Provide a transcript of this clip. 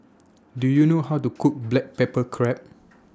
Do YOU know How to Cook Black Pepper Crab